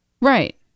Right